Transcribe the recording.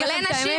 אבל אין נשים,